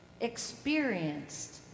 experienced